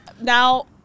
now